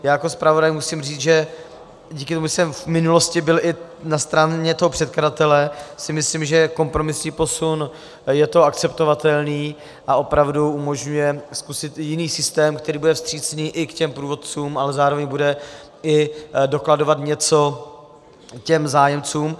Já jako zpravodaj musím říct, že díky tomu, že jsem v minulosti byl i na straně toho předkladatele, si myslím, že je kompromisní posun, je to akceptovatelné a opravdu umožňuje zkusit i jiný systém, který bude vstřícný i k průvodcům, ale zároveň bude i dokladovat něco těm zájemcům.